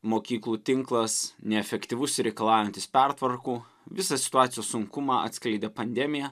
mokyklų tinklas neefektyvus ir reikalaujantys pertvarkų visą situacijos sunkumą atskleidė pandemija